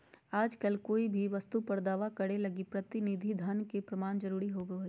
आजकल कोय भी वस्तु पर दावा करे लगी प्रतिनिधि धन के प्रमाण जरूरी होवो हय